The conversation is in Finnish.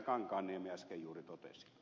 kankaanniemi äsken juuri totesi